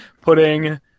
putting